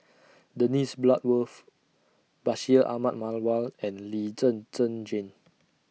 Dennis Bloodworth Bashir Ahmad Mallal and Lee Zhen Zhen Jane